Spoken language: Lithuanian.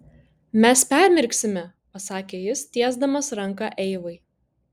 mes permirksime pasakė jis tiesdamas ranką eivai